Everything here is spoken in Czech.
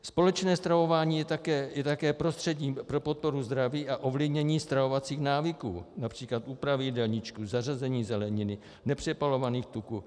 Společné stravování je také prostředím pro podporu zdraví a ovlivnění stravovacích návyků, například úpravy jídelníčku, zařazení zeleniny, nepřepalovaných tuků.